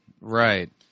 Right